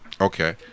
Okay